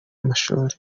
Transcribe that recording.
amashuri